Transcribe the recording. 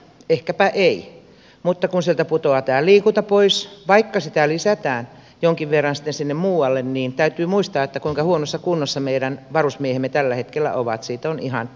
ehkäpä ei mutta kun sieltä putoaa tämä liikunta pois vaikka sitä lisätään jonkin verran sinne muualle niin täytyy muistaa kuinka huonossa kunnossa meidän varusmiehemme tällä hetkellä ovat siitä on ihan tutkittua tietoa